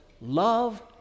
love